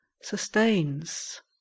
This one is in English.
sustains